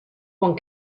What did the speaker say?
one